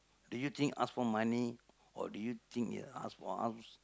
do you think ask for money or do you think he'll ask for house